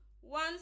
one